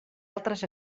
altres